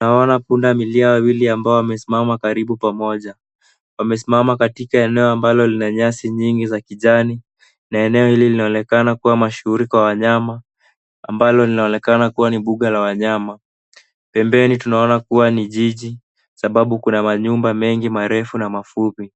Naona pundamilia wawili ambao wamesimama karibu pamoja. Wamesimama katika eneo ambalo lina nyasi nyingi za kijani na eneo hili linaonekana kuwa mashuhuri kwa wanyama ambalo linaonekana kuwa ni buga la wanyama. Pembeni tunaona kuwa ni jiji, sababu kuna manyumba mengi marefu na mafupi.